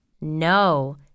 No